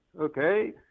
Okay